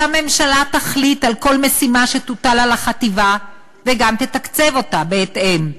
שהממשלה תחליט על כל משימה שתוטל על החטיבה וגם תתקצב אותה בהתאם,